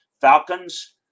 Falcons